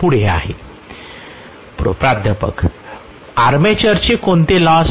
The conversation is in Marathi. प्रोफेसर आर्मेचरचे कोणते लॉस